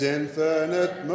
infinite